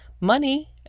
Money